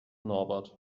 norbert